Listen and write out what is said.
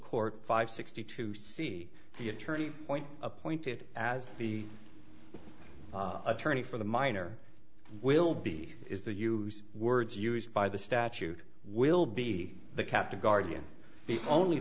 court five sixty two see the attorney point appointed as the attorney for the minor will be is the use words used by the statute will be kept a guardian only